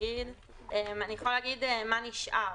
אוכל לומר מה נשאר.